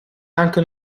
anche